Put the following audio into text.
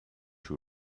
two